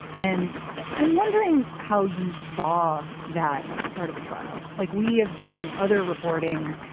and i'm wondering how you saw that as part of the trial, like we have done other reporting.